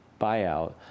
buyout